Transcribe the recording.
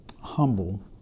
humble